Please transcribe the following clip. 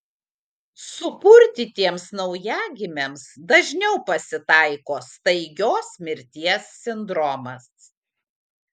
supurtytiems naujagimiams dažniau pasitaiko staigios mirties sindromas